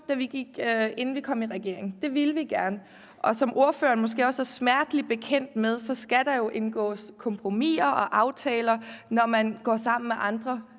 inden vi kom i regering – det ville vi gerne – men som ordføreren måske også er smerteligt bekendt med, så skal der jo indgås kompromiser og aftaler, når man går sammen med andre